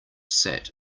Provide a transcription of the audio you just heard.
sat